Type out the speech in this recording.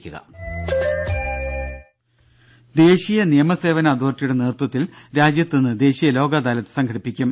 രുര ദേശീയ നിയമ സേവന അതോറിറ്റിയുടെ നേതൃത്വത്തിൽ രാജ്യത്ത് ഇന്ന് ദേശീയ ലോക് അദാലത്ത് സംഘടിപ്പിക്കും